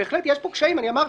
בהחלט יש פה קשיים, אני אמרתי.